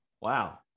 Wow